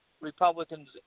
Republicans –